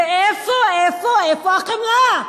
ואיפה, איפה, איפה החמלה?